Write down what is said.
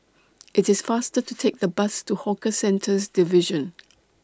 IT IS faster to Take The Bus to Hawker Centres Division